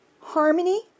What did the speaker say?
harmony